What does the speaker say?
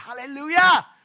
Hallelujah